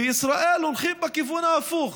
בישראל הולכים בכיוון ההפוך,